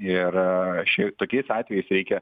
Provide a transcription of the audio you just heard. ir šiai tokiais atvejais reikia